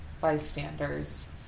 bystanders